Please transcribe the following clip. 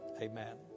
amen